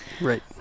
Right